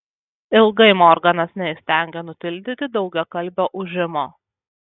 ilgai morganas neįstengė nutildyti daugiakalbio ūžimo